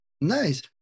Nice